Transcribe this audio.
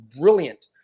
brilliant